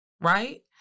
right